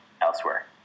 elsewhere